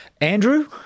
Andrew